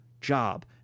job